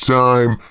time